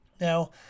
Now